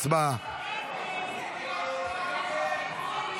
הצעת חוק הביטוח הלאומי (תיקון - עבודה